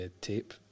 tape